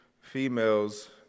females